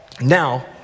now